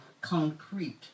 concrete